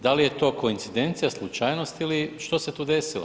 Da li je to koincidencija, slučajnost ili što se tu desilo?